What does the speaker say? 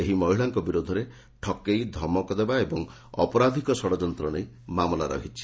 ଏହି ମହିଳାଙ୍କ ବିରୁଦ୍ଧରେ ଠକେଇ ଧମକ ଦେବା ତଥା ଅପରାଧକ ଷଡ଼ଯନ୍ତ ନେଇ ମାମଲା ରହିଛି